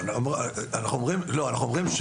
כן.